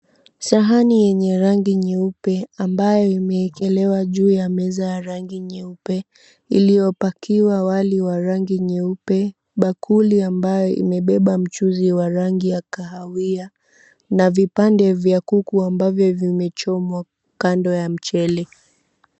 Sahani yenye rangi nyeupe ambayo imewekelewa juu ya meza ya rangi nyeupe iliyopakiwa wali wa rangi nyeupe bakuli ambayo imebeba mchuzi wa rangi ya kahawia na vipande vya kuku ambavyo vimechomwa kando ya mchele.